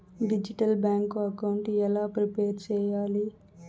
Digital bank account ఎలా prepare సెయ్యాలి?